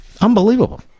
Unbelievable